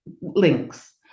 links